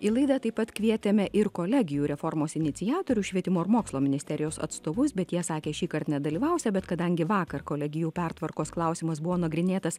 į laidą taip pat kvietėme ir kolegijų reformos iniciatorius švietimo ir mokslo ministerijos atstovus bet jie sakė šįkart nedalyvausią bet kadangi vakar kolegijų pertvarkos klausimas buvo nagrinėtas